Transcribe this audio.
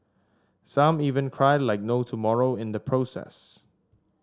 some even cried like no tomorrow in the process